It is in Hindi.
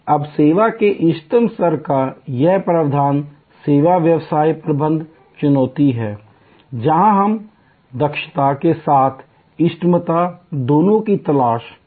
अब सेवा के इष्टतम स्तर का यह प्रावधान सेवा व्यवसाय प्रबंधन चुनौती है जहाँ हम दक्षता के साथ साथ इष्टतमता दोनों की तलाश कर रहे हैं